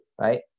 right